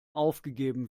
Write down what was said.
aufgegeben